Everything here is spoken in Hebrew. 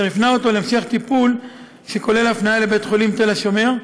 והוא הפנה אותו להמשך טיפול שכולל הפניה לבית-החולים תל-השומר,